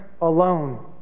alone